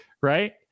right